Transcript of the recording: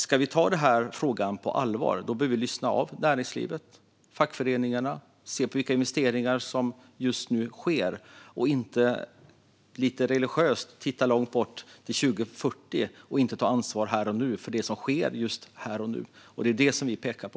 Ska vi ta den här frågan på allvar behöver vi lyssna på näringslivet och fackföreningarna och se på vilka investeringar som just nu sker, inte lite religiöst titta långt bort till 2040 och inte ta ansvar här och nu för det som sker just här och nu. Det är det vi pekar på.